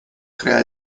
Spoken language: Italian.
crea